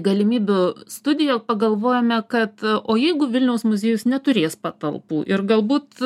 galimybių studiją pagalvojome kad o jeigu vilniaus muziejus neturės patalpų ir galbūt